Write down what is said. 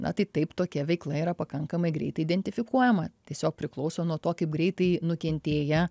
na tai taip tokia veikla yra pakankamai greitai identifikuojama tiesiog priklauso nuo to kaip greitai nukentėję